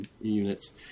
units